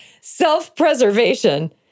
self-preservation